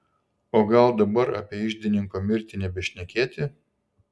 o gal dabar apie iždininko mirtį nebešnekėti